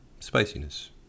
Spiciness